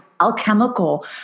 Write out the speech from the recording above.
alchemical